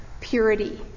purity